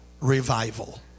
revival